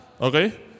Okay